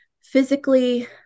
physically